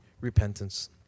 repentance